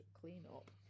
cleanup